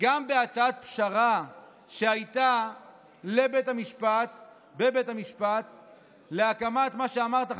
גם הצעת פשרה שהייתה לבית המשפט להקמת מה שאמרת,